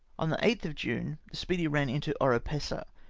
on the eighth of june, the speedy ran into oropesa,